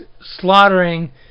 slaughtering